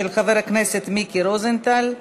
של חבר הכנסת מיקי רוזנטל,